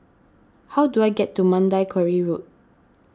how do I get to Mandai Quarry Road